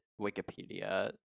Wikipedia